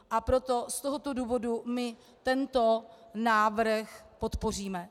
A proto z tohoto důvodu my tento návrh podpoříme.